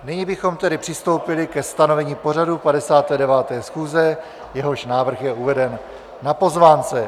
Nyní bychom tedy přistoupili ke stanovení pořadu 59. schůze, jehož návrh je uveden na pozvánce.